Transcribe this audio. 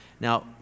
Now